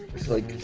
it's like